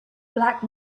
black